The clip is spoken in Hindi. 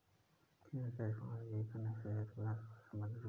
एकीकृत कृषि प्रणाली एक अन्योन्याश्रित, परस्पर संबंधित उत्पादन प्रणाली है